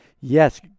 yes